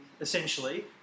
essentially